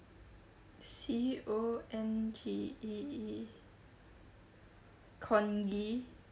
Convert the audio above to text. C O N G E E congee